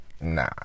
nah